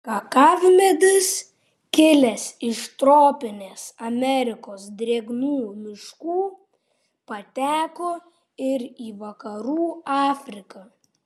kakavmedis kilęs iš tropinės amerikos drėgnų miškų pateko ir į vakarų afriką